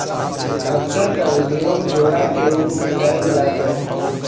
खच्चर क उपयोग जोड़ा के रूप में कैईल जात रहे